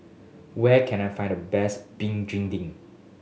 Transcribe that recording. where can I find the best Begedil